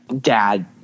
dad